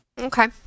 Okay